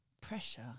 pressure